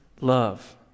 love